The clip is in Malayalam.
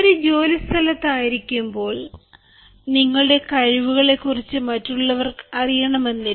ഒരു ജോലിസ്ഥലത്ത് ആയിരിക്കുമ്പോൾ നിങ്ങളുടെ കഴിവുകളെക്കുറിച്ച് മറ്റുള്ളവർക്ക് അറിയണമെന്നില്ല